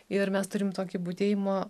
ir mes turim tokį budėjimo